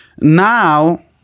Now